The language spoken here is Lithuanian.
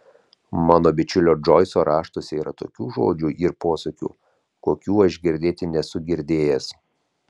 mano bičiulio džoiso raštuose yra tokių žodžių ir posakių kokių aš girdėti nesu girdėjęs